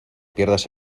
pierdas